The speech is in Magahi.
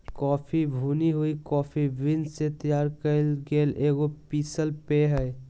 कॉफ़ी भुनी हुई कॉफ़ी बीन्स से तैयार कइल गेल एगो पीसल पेय हइ